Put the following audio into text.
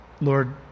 Lord